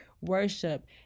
worship